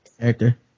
character